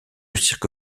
cirque